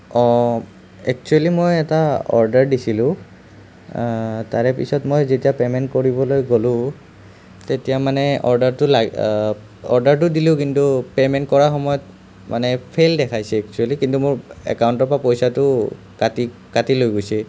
actually মই এটা order দিছিলোঁ তাৰে পিছত মই যেতিয়া পে'মেণ্ট কৰিবলৈ গ'লোঁ তেতিয়া মানে অৰ্ডাৰটো লা অৰ্ডাৰটো দিলোঁ কিন্তু পে'মেন্ট কৰাৰ সময়ত মানে ফেইল দেখাইছে একচুৱেলি কিন্তু মোক একাউণ্টৰ পৰা পইচাটো কাটি কাটি লৈ গৈছে